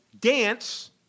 dance